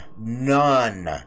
none